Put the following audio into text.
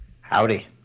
Howdy